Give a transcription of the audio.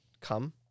come